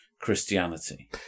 Christianity